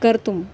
कर्तुम्